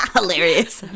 Hilarious